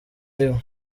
ariwe